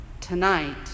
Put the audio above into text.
Tonight